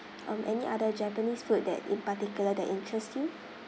um any other japanese food that in particular that interest you